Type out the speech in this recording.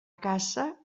caça